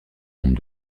nombre